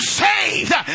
saved